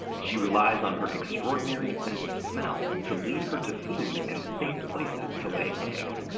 she relies on her extraordinary sense of smell to lead her to food and safe places to lay eggs.